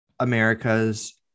America's